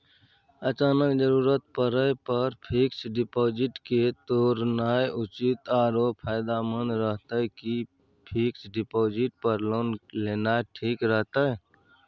अचानक जरूरत परै पर फीक्स डिपॉजिट के तोरनाय उचित आरो फायदामंद रहतै कि फिक्स डिपॉजिट पर लोन लेनाय ठीक रहतै?